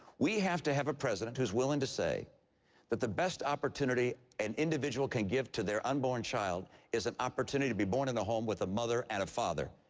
we have to have a president who's willing to say that the best opportunity an individual can give to their unborn child is an opportunity to be born in a home with a mother and a father.